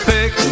Pick